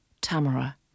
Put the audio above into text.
Tamara